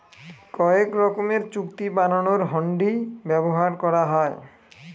কয়েক রকমের চুক্তি বানানোর হুন্ডি ব্যবহার করা হয়